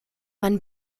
man